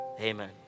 Amen